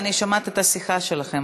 אני שומעת את השיחה שלכם,